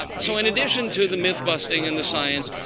um so in addition to the myth busting and the science,